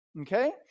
okay